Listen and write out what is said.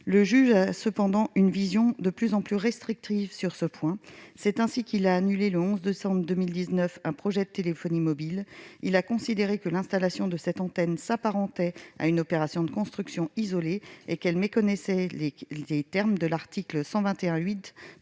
Le juge a cependant une vision de plus en plus restrictive sur ce point. C'est ainsi qu'il a annulé le 11 décembre 2019 un projet de téléphonie mobile, après avoir considéré que l'installation de cette antenne s'apparentait à une opération de construction isolée et qu'elle méconnaissait les dispositions de l'article L.